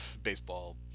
baseball